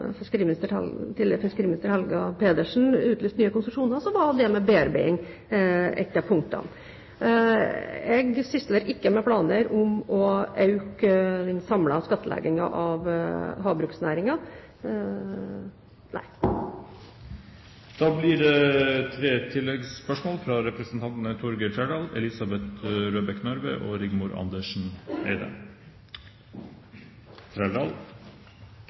fiskeriminister Helga Pedersen utlyste nye konsesjoner, var bearbeiding et av punktene. Jeg sysler ikke med planer om å øke den samlede skattleggingen av havbruksnæringen. Det blir tre oppfølgingsspørsmål – først Torgeir